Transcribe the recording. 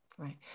Right